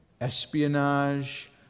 espionage